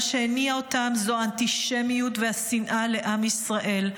מה שהניע אותם זה אנטישמיות והשנאה לעם ישראל,